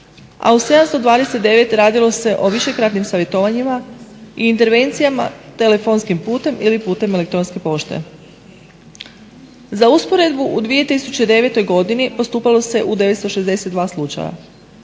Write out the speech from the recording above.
a u 729 radilo se o višekratnim savjetovanjima i intervencijama telefonskim putem ili putem elektronske pošte. Za usporedbu u 2009. godini postupalo se u 962 slučaja.